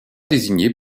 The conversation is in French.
désignés